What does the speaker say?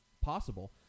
possible